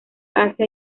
asia